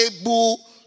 able